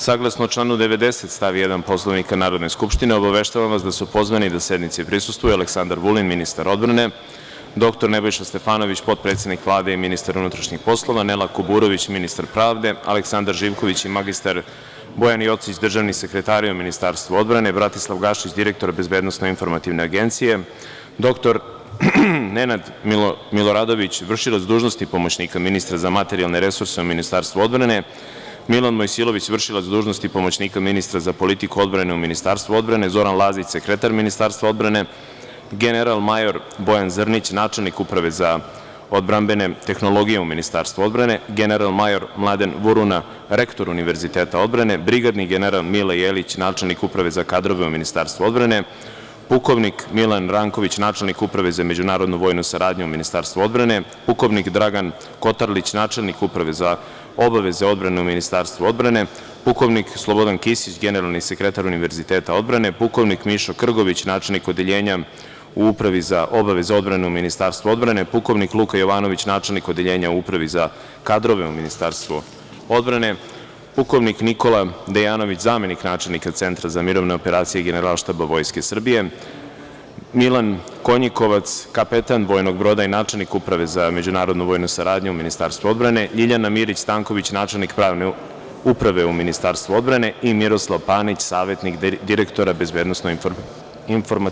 Saglasno članu 90. stav 1. Poslovnika Narodne skupštine obaveštavam vas da su pozvani da sednici prisustvuje Aleksandar Vulin, ministar odbrane, dr Nebojša Stefanović, potpredsednik Vlade i ministar unutrašnjih poslova, Nela Kuburović, ministar pravde, Aleksandar Živković i mr. Bojan Jocić, državni sekretari u Ministarstvu odbrane, Bratislav Gašić, direktor BIA, dr Nenad Miloradović, vršilac dužnosti pomoćnika ministra za materijalne resurse u Ministarstvu odbrane, Milan Mojsilović, vršilac dužnosti pomoćnika ministra za politiku odbrane u Ministarstvu odbrane, Zoran Lazić, sekretar Ministarstva odbrane, general-major Bojan Zrnić, načelnik Uprave za odbrambene tehnologije u Ministarstvu odbrane, general-major Mladen Vuruna, rektor Univerziteta odbrane, brigadni general Mile Jelić, načelnik Uprave za kadrove u Ministarstvu odbrane, pukovnik Milan Ranković, načelnik Uprave za međunarodnu vojnu saradnju u Ministarstvu odbrane, pukovnik Dragan Kotarlić, načelnik Uprave za obaveze odbrane u Ministarstvu odbrane, pukovnik Slobodan Kisić, generalni sekretar Univerziteta odbrane, pukovnik Mišo Krgović, načelnik Odeljenja u Upravi za obavezu odbrane u Ministarstvu odbrane, pukovnik Luka Jovanović, načelnik Odeljenja u Upravi za kadrove u Ministarstvu odbrane, pukovnik Nikola Dejanović, zamenik načelnika Centra za mirovne operacije i Generalštaba Vojske Srbije, Milan Konjikovac, kapetan bojnog broda i načelnik Uprave za međunarodnu vojnu saradnju u Ministarstvu odbrane, LJiljana Mirić Stanković, načelnik Pravne uprave u Ministarstvu odbrane i Miroslav Panić, savetnik direktora BIA.